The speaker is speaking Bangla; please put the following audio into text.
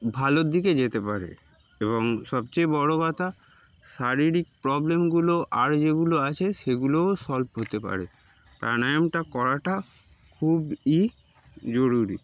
ভালোর দিকে যেতে পারে এবং সবচেয়ে বড়ো কথা শারীরিক প্রবলেমগুলো আর যেগুলো আছে সেগুলোও সলভ হতে পারে প্রাণায়ামটা করাটা খুবই জরুরি